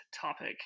topic